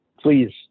please